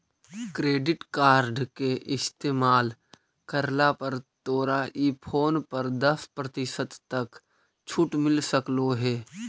credit card के इस्तेमाल करला पर तोरा ई फोन पर दस प्रतिशत तक छूट मिल सकलों हे